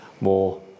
more